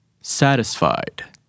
satisfied